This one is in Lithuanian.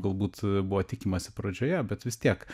galbūt buvo tikimasi pradžioje bet vis tiek